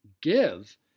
give